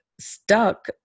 stuck